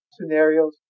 scenarios